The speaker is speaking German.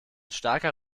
starker